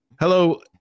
Hello